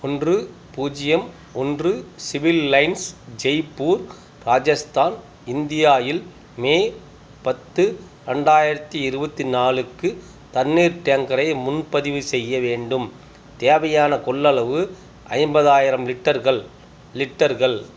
ஒன்று பூஜ்ஜியம் ஒன்று Civil Lines Jaipur Rajasthan India இல் மே பத்து ரெண்டாயிரத்தி இருபத்தி நாலுக்கு தண்ணீர் டேங்கரை முன்பதிவு செய்ய வேண்டும் தேவையான கொள்ளளவு ஐம்பதாயிரம் லிட்டர்கள் லிட்டர்கள்